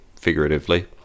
figuratively